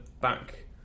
back